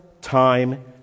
time